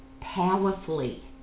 powerfully